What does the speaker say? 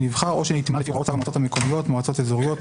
שנבחר או שנתמנה לפי הוראות סל המועצות המקומיות (מועצות אזוריות),